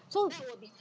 so